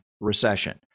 recession